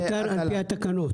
שמותר על פי התקנות.